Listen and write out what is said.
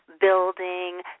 building